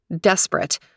Desperate